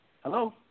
Hello